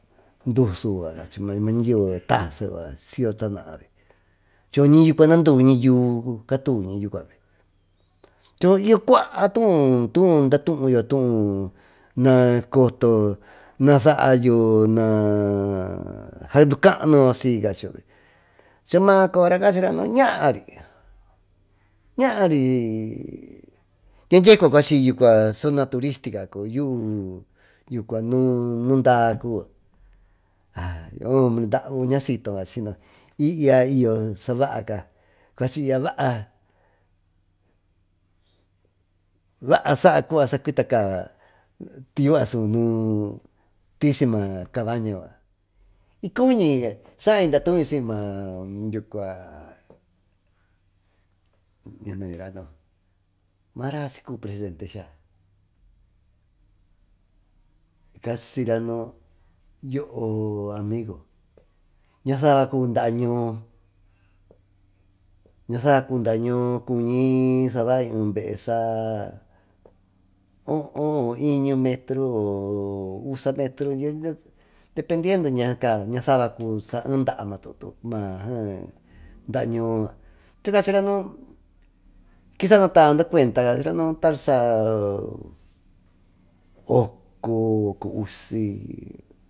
Maa ñayeve du suu caachi maa ñike takee siyo taa saanaa choo ñiyucua naa duviñi yuu catuviñi yucua y yo cua tuu daa tuuyo tuú nacotoyo nasaayo saandu caanuyo chamara coyora cachirañaary ñaary dyia diyecua cue cuvi zona turística cubi yuu ñundaa cuvi ay ombre dauu ñasito ca cachimai y ya y yo sabaaca cuachi y ya baa saacua saakutacaa tiyuva suu nuú tisi maa kabaña yucua ykuñi saay datuy symara sycubi presidente skaa you amigo ñasaba cubi daa ñuú kuñi sabay ee bee saaho o yñu metro o usa metro dependiendo ñasaba cubi saa ehe dar maa daa ñoo yucua chacachi ranu kisaa natabade cuenta chaa cachira tarisa oco, okousi.